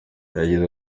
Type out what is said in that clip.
yagize